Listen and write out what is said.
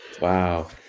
Wow